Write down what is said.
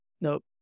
nope